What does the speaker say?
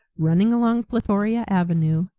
running along plutoria avenue,